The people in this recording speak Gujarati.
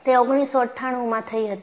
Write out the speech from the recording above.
તે 1898માં થઈ હતી